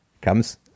Comes